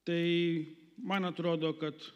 tai man atrodo kad